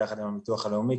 ביחד עם הביטוח הלאומי,